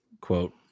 quote